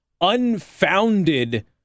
unfounded